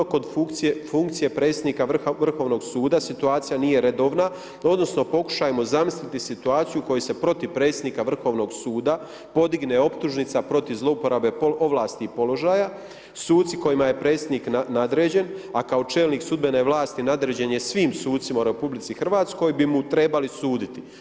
Kod funkcije predsjednika Vrhovnog suda, situacija nije redovna, odnosno, pokušajmo zamisliti situaciju, koji se protiv predsjednika Vrhovnog suda podigne optužnica protiv zlouporabe ovlasti položaja, sucima kojima je predsjednik nadređen, a kao čelnik sudbene vlasti nadređen je svim sucima u RH, bi mu trebali suditi.